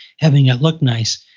having it look nice.